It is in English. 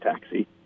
taxi